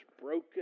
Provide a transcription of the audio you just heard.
broken